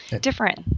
Different